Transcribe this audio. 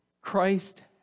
Christ